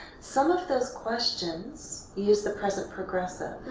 some of those questions use the present progressive,